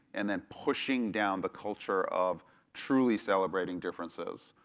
and then pushing down the culture of truly celebrating differences.